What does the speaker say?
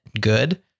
good